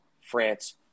France